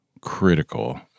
critical